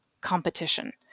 competition